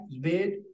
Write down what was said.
bid